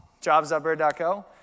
jobs.bird.co